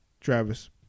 Travis